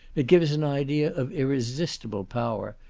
it gives an idea of irresistible power,